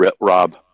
Rob